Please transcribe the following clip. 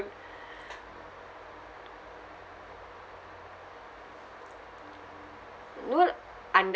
no lah understand